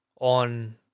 on